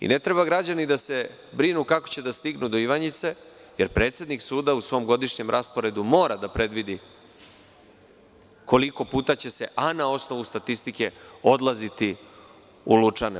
I ne treba građani da se brinu kako će da stignu do Ivanjice, jer predsednik suda u svom godišnjem rasporedu mora da predvidikoliko puta će se, a na osnovu statistike, odlaziti u Lučane.